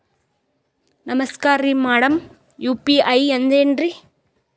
ನಮಸ್ಕಾರ್ರಿ madam UPI ಅಂದ್ರೆನ್ರಿ?